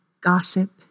gossip